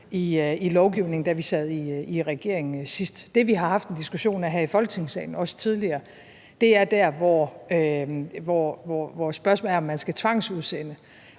i lovgivningen, da vi sad i regering sidst. Det, vi har haft en diskussion om her i Folketingssalen, også tidligere, er der, hvor spørgsmålet er, om man skal tvangsudsende